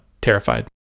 terrified